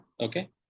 okay